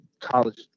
college